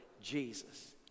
Jesus